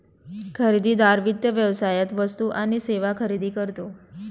खरेदीदार वित्त व्यवसायात वस्तू आणि सेवा खरेदी करतो